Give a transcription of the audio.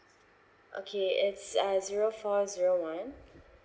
okay it's uh zero four zero one